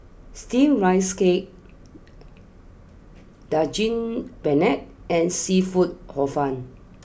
Steamed Rice Cake Daging Penyet and Seafood Hor fun